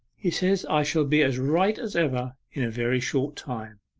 he says i shall be as right as ever in a very short time.